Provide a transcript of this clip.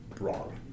wrong